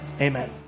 amen